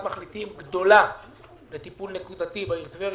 מחליטים גדולה לטיפול נקודתי בעיר טבריה.